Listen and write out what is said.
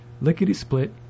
lickety-split